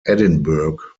edinburgh